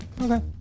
Okay